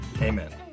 Amen